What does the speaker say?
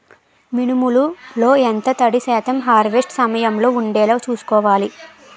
మినుములు లో ఎంత తడి శాతం హార్వెస్ట్ సమయంలో వుండేలా చుస్కోవాలి?